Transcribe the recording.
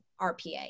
RPA